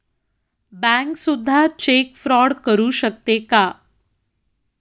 Bank सुद्धा cheque fraud करू शकते का?